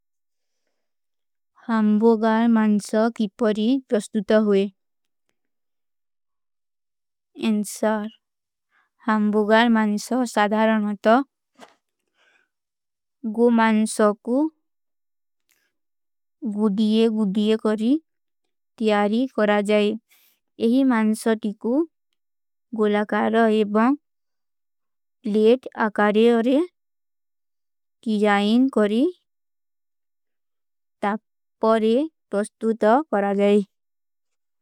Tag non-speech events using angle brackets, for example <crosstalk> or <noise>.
ହାମ୍ବୋଗାର ମାନ୍ସା କିପରୀ ପ୍ରସ୍ତୁତ ହୁଏ। <hesitation> ଏଂସର, ହାମ୍ବୋଗାର ମାନ୍ସା ସାଧାରାନ ହୋତା। ଗୋ ମାନ୍ସା କୁ <hesitation> ଗୁଦିଯେ ଗୁଦିଯେ କରୀ ତିଯାରୀ କରା ଜାଏ। ଯହୀ ମାନ୍ସା ତିକୁ ଗୋଲାକାର ଏବଂଗ ଲେଟ ଆକାରେ ଅରେ କିଜାଇନ କରୀ। <hesitation> ତବ ପରୀ ପ୍ରସ୍ତୁତ କରା ଗଈ।